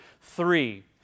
three